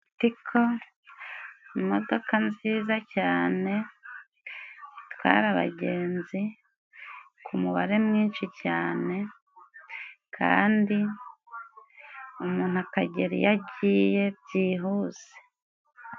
Ritiko, imodoka nziza cyane, itwara abagenzi ku mubare mwinshi cyane, kandi umuntu akagera iyo agiye byihuse.